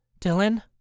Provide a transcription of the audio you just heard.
Dylan